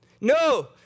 No